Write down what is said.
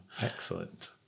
Excellent